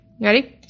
ready